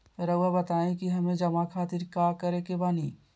रहुआ बताइं कि हमें जमा खातिर का करे के बानी?